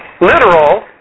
Literal